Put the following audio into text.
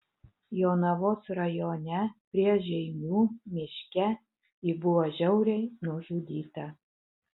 jonavos rajone prie žeimių miške ji buvo žiauriai nužudyta